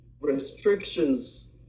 restrictions